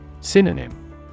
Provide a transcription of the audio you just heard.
Synonym